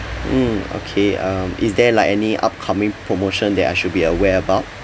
mm okay um is there like any upcoming promotion that I should be aware about